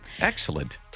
Excellent